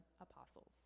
apostles